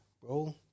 Bro